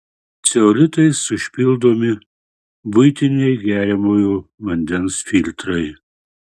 ceolitais užpildomi buitiniai geriamojo vandens filtrai